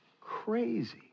Crazy